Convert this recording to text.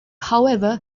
however